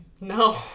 No